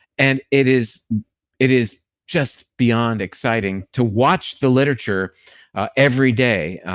and it is it is just beyond exciting to watch the literature every day.